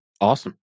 Awesome